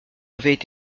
avaient